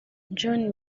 john